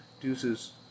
Deuces